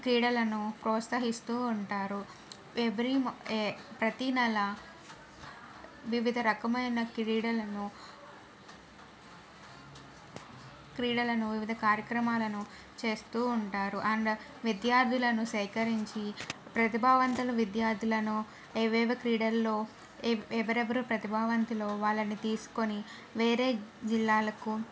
క్రీడలను ప్రోత్సహిస్తూ ఉంటారు ఎవరీ మంత్ ప్రతి నెల వివిధ రకాలైన క్రీడలను క్రీడలను వివిధ కార్యక్రమాలను చేస్తూ ఉంటారు అండ్ విద్యార్థులను సేకరించి ప్రతిభావంతుల విద్యార్థులను ఏవేవో క్రీడల్లో ఎవరెవరు ప్రతిభావంతులో వాళ్ళని తీసుకొని వేరే జిల్లాలకు